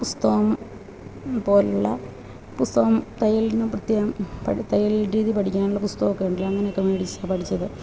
പുസ്തകം പോലുള്ള പുസ്തകം തയ്യലിന് പ്രത്യേകം പഠി തയ്യല് രീതി പഠിക്കാനുള്ള പുസ്തകമൊക്കെ ഉണ്ടല്ലോ അങ്ങനെയെക്കെ മേടിച്ചാണ് പഠിച്ചത്